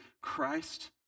Christ